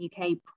UK